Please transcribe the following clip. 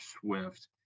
Swift